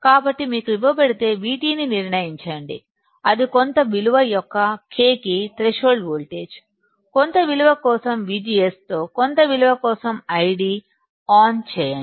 కాబట్టి మీకు ఇవ్వబడితే VT ని నిర్ణయించండి అది కొంత విలువ యొక్క K కి థ్రెషోల్డ్ వోల్టేజ్ కొంత విలువ కోసం VGS తో కొంత విలువ కోసం ID ఆన్ చేయండి